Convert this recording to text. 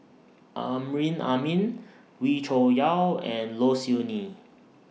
Amrin Amin Wee Cho Yaw and Low Siew Nghee